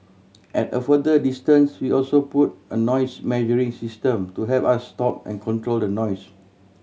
at a further distance we also put a noise measuring system to help us stop and control the noise